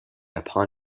upon